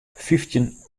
fyftjin